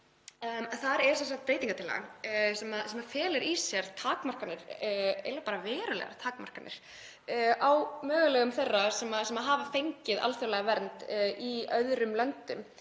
frumvarpsins er breytingartillaga sem felur í sér takmarkanir, eiginlega bara verulegar takmarkanir á möguleikum þeirra sem hafa fengið alþjóðlega vernd í öðrum löndum